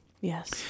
Yes